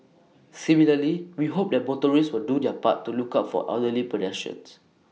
similarly we hope that motorists will do their part to look out for elderly pedestrians